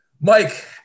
Mike